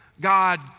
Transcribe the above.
God